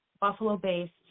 Buffalo-based